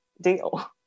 deal